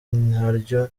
naryo